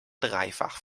dreifach